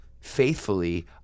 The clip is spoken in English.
faithfully